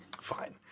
Fine